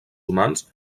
humans